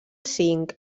cinc